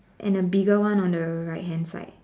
and a bigger one on the right hand side